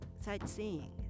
sightseeing